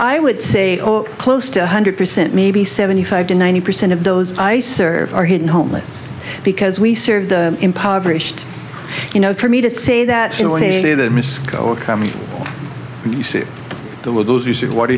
i would say close to one hundred percent maybe seventy five to ninety percent of those i serve are hidden homeless because we serve the impoverished you know for me to say that you